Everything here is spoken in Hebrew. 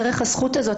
דרך הזכות הזאת,